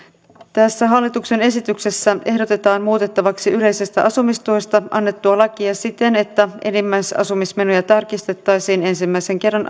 tässä hallituksen esityksessä ehdotetaan muutettavaksi yleisestä asumistuesta annettua lakia siten että enimmäisasumismenoja tarkistettaisiin ensimmäisen kerran